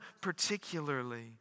particularly